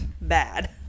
bad